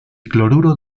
cloruro